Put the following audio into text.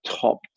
top